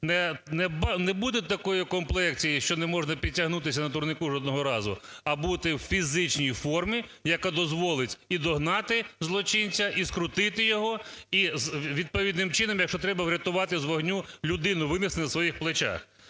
не бути такої комплекції, що не можна підтягнутися на турніку жодного разу, а бути у фізичній формі, яка дозволить і догнати злочинця, і скрутити його, і відповідним чином, якщо треба, врятувати з вогню людину, винести на своїх плечах.